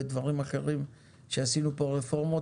בדברים אחרים שעשינו פה רפורמות.